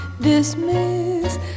dismiss